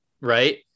right